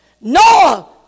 Noah